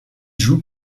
joue